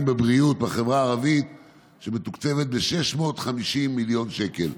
בבריאות בחברה הערבית שמתוקצבת ב-650 מיליון שקל.